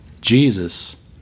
Jesus